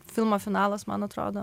filmo finalas man atrodo